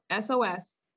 SOS